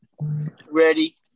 Ready